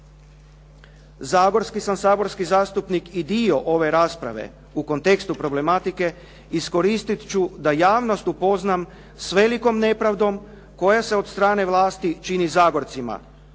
Zagorski sam saborski zastupnik i dio ove rasprave u kontekstu problematike iskoristit ću da javnost upoznam s velikom nepravdom koja se od strane vlasti čini Zagorcima